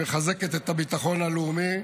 שמחזקת את הביטחון הלאומי,